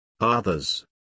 Others